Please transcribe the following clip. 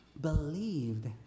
believed